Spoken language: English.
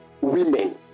women